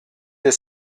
des